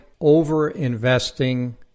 over-investing